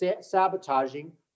sabotaging